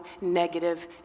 negative